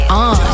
on